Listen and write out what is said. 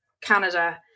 Canada